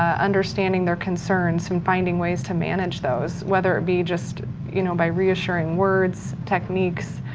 um understanding their concerns and finding ways to manage those, whether it be just you know by reassuring words, techniques,